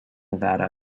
nevada